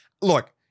Look